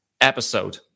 episode